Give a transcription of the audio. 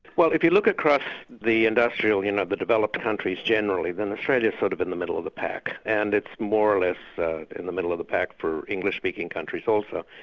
well if you look across the industrial, you know the developed countries generally, then australia's sort of in the middle of the pack, and it's more or less in the middle of the pack for english-speaking countries also.